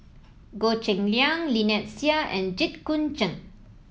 Goh Cheng Liang Lynnette Seah and Jit Koon Ch'ng